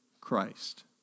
Christ